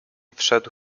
wszedł